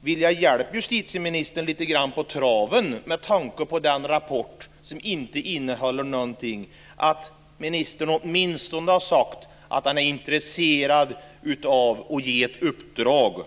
vill jag hjälpa justitieministern lite grann på traven med tanke på den rapport som inte innehåller någonting, att ministern åtminstone har sagt att han är intresserad av att ge ett uppdrag.